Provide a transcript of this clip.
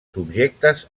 subjectes